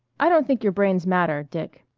i don't think your brains matter, dick.